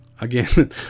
again